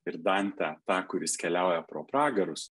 ir dantę tą kuris keliauja pro pragarus